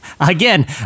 Again